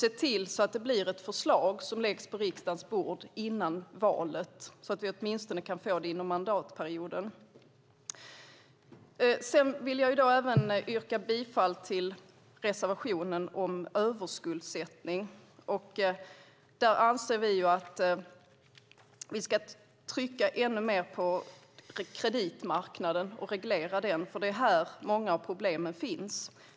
Se till så att det blir ett förslag som läggs på riksdagens bord före valet så att vi åtminstone kan få det under mandatperioden! Jag yrkar alltså bifall till reservationen om överskuldsättning. Vi anser att vi ska trycka ännu mer på kreditmarknaden och reglera den, för det är här många av problemen finns.